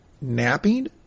napping